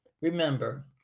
remember